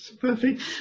perfect